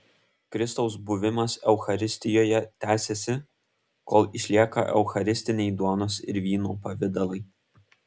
kristaus buvimas eucharistijoje tęsiasi kol išlieka eucharistiniai duonos ir vyno pavidalai